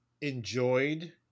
enjoyed